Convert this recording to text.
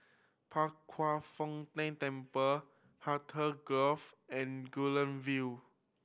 Pao Kwan Foh Tang Temple Hartley Grove and Guilin View